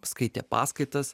skaitė paskaitas